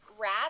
wrap